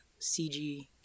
CG